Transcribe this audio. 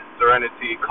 serenity